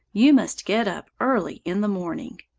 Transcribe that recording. you must get up early in the morning.